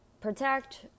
protect